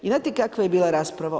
I znate kakva je bila rasprava?